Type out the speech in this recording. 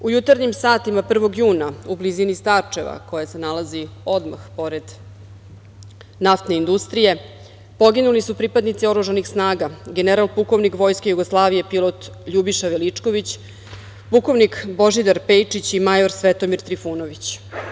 U jutarnjim satima 1. juna, u blizini Starčeva koje se nalazi odmah pored naftne industrije, poginuli su pripadnici oružanih snaga: general pukovnik Vojske Jugoslavije, pilot Ljubiša Veličković, pukovnik Božidar Pejčić i major Svetomir Trifunović.